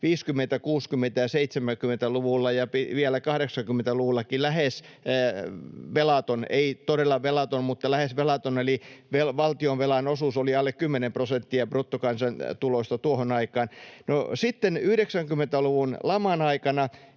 50-, 60- ja 70-luvuilla ja vielä 80-luvullakin lähes velaton, ei todella velaton mutta lähes velaton, eli valtionvelan osuus oli alle 10 prosenttia bruttokansantulosta tuohon aikaan. No sitten 90-luvun laman aikana,